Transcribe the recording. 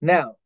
Now